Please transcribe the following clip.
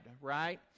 right